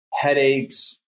headaches